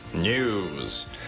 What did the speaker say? News